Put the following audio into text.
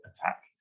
attack